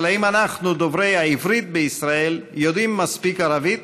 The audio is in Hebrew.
אבל האם אנחנו דוברי העברית בישראל יודעים מספיק ערבית?